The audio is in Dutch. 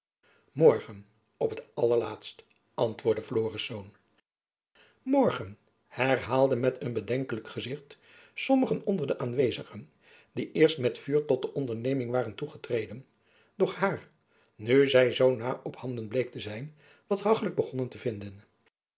morgen op het allerlaatst antwoordde florisz morgen herhaalden met een bedenkelijk gezicht sommigen onder de aanwezigen die eerst met vuur tot de onderneming waren toegetreden doch haar nu zy zoo na op handen bleek te zijn wat hachlijk begonnen te vinden